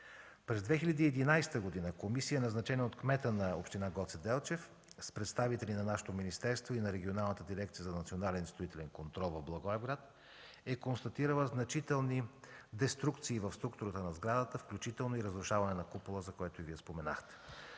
През 2011 г. комисия, назначена от кмета на община Гоце Делчев, представители на нашето министерство и на Регионалната дирекция за национален и строителен контрол в Благоевград е констатирала значителни деструкции в структурата на сградата, включително и разрушаване на купола, за който и Вие споменахте.